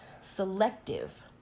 selective